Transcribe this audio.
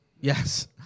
Yes